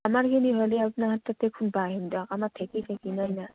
আমাৰখিনি হ'লে আপোনাহঁতৰ ততে খুন্দবা আহিম দিয়ক আমাৰ ঢেঁকী চেকী নাই না